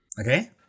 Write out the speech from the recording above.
Okay